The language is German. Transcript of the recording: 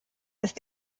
ist